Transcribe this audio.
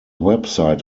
website